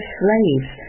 slaves